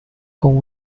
con